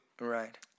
Right